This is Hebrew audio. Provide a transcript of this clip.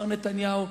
מר נתניהו,